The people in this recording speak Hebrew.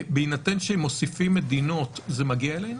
בהינתן שמוסיפים מדינות, זה מגיע אלינו?